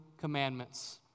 commandments